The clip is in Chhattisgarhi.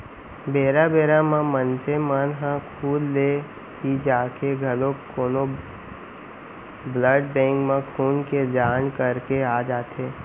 बेरा बेरा म मनसे मन ह खुद ले ही जाके घलोक कोनो ब्लड बेंक म खून के दान करके आ जाथे